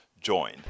join